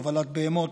הובלת בהמות,